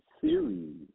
series